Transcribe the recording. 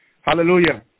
Hallelujah